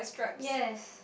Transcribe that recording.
yes